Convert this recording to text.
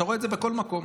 אתה רואה את זה בכל מקום.